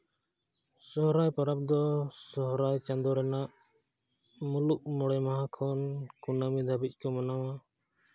ᱥᱚᱦᱚᱨᱟᱭ ᱯᱚᱨᱚᱵᱽ ᱫᱚ ᱥᱚᱦᱚᱨᱟᱭ ᱪᱟᱸᱫᱳ ᱨᱮᱱᱟᱜ ᱢᱩᱞᱩᱜ ᱢᱚᱬᱮ ᱢᱟᱦᱟ ᱠᱷᱚᱱ ᱠᱩᱱᱟᱹᱢᱤ ᱫᱷᱟᱹᱵᱤᱡ ᱠᱚ ᱢᱟᱱᱟᱣᱟ